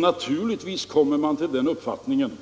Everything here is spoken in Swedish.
Naturligtvis kommer man fram till den uppfattningen